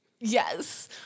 Yes